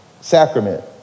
Sacrament